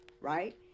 right